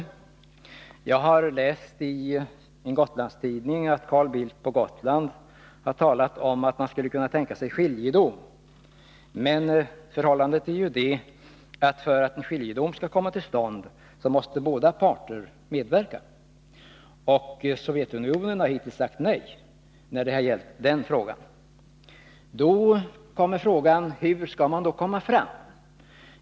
Och jag har läst i en Gotlandstidning att Carl Bildt på Gotland har talat om att man skulle kunna tänka sig skiljedom. Men förhållandet är ju det att för att en skiljedom skall komma till stånd så måste båda parter medverka, och Sovjetunionen har hittills sagt nej när det gällt den frågan. Hur skall man under dessa förhållanden gå fram?